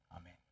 Amen